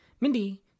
Mindy